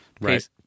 Right